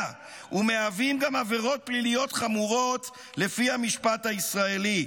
ומהווים גם עבירות פליליות חמורות לפי המשפט הישראלי.